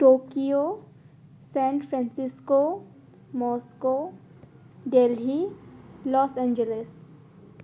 Tokyo San Francisco Moscow Delhi Los Angeles